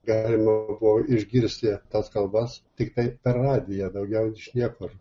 galima buvo išgirsti tas kalbas tiktai per radiją daugiau iš niekur